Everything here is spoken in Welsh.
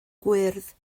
gwyrdd